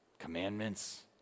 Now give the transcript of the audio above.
commandments